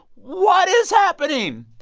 what is happening?